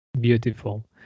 Beautiful